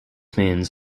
means